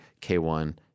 K1